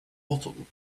bottle